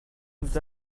vous